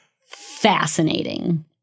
fascinating